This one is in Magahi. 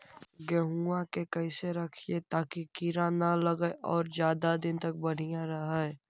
गेहुआ के कैसे रखिये ताकी कीड़ा न लगै और ज्यादा दिन तक बढ़िया रहै?